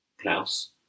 Klaus